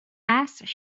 asks